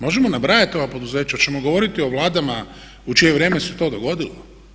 Možemo nabrajati ova poduzeća, hoćemo govoriti o vladama u čije vrijeme se to dogodilo?